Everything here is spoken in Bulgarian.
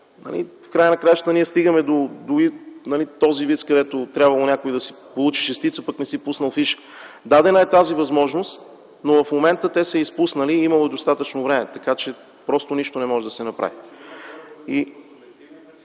в края на краищата стигаме до вица, където някой трябвало да получи шестица, пък не си пуснал фиша. Дадена е тази възможност, но в момента те са я изпуснали. Имало е достатъчно време, така че просто нищо не може да се направи.